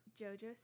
Jojo